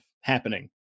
happening